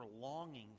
longing